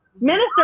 Minister